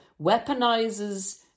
weaponizes